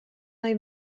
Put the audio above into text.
nahi